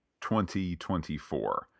2024